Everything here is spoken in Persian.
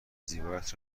زیبایت